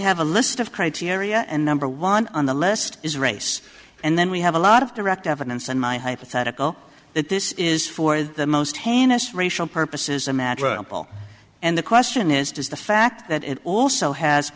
have a list of criteria and number one on the list is race and then we have a lot of direct evidence and my hypothetical that this is for the most heinous racial purposes a matter and the question is does the fact that it also has